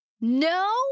No